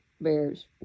bears